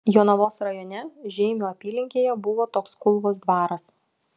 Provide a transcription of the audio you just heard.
jonavos rajone žeimio apylinkėje buvo toks kulvos dvaras